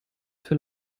für